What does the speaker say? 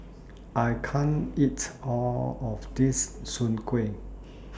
I can't eat All of This Soon Kueh